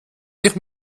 ich